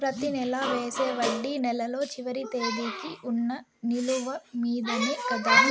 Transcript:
ప్రతి నెల వేసే వడ్డీ నెలలో చివరి తేదీకి వున్న నిలువ మీదనే కదా?